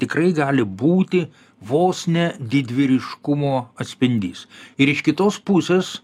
tikrai gali būti vos ne didvyriškumo atspindys ir iš kitos pusės